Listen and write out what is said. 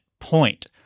point